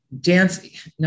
dance